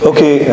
Okay